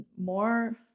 more